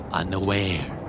unaware